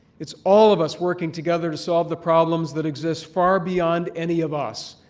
it's all of us working together to solve the problems that exist far beyond any of us.